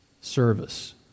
service